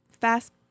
fast